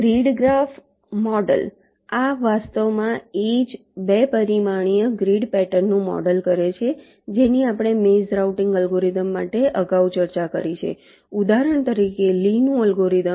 grid graph model આ વાસ્તવમાં એ જ 2 પરિમાણીય ગ્રીડ પૅટર્નનું મૉડલ કરે છે જેની આપણે મેઝ રાઉટીંગ અલ્ગોરિધમ માટે અગાઉ ચર્ચા કરી છે ઉદાહરણ તરીકે લીનું અલ્ગોરિધમ